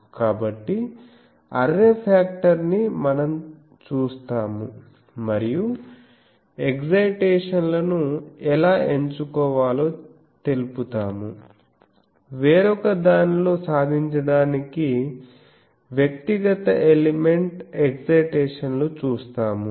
కాబట్టి array factor ని మనం చూస్తాము మరియు ఎక్సైటేషన్లను ఎలా ఎంచుకోవాలో తెలుపుతాము వేరొకదానిలో సాధించడానికి వ్యక్తిగత ఎలిమెంట్ ఎక్సైటేషన్లు చూస్తాము